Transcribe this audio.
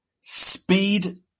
speed